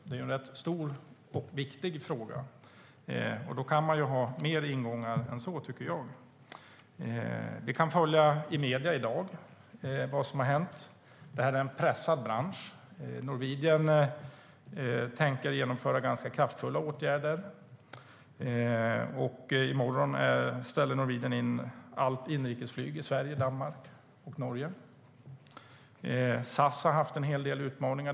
Det är ju en rätt så stor och viktig fråga, och då borde man ha mer ingångar än så, tycker jag.I medierna i dag kan vi följa vad som har hänt. Detta är en pressad bransch. Norwegian tänker vidta ganska kraftfulla åtgärder. I morgon är allt inrikesflyg i Sverige, Danmark och Norge inställt. SAS har haft en hel del utmaningar.